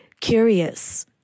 curious